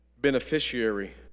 beneficiary